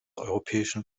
europäischen